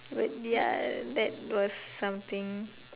but ya that was something